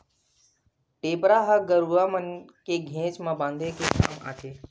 टेपरा ह गरुवा मन के घेंच म बांधे के काम आथे